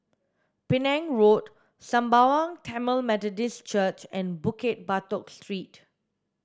Penang Road Sembawang Tamil Methodist Church and Bukit Batok Street